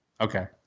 Okay